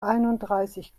einunddreißig